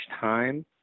time